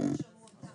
אריה, אני רוצה